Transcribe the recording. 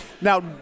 Now